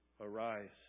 arise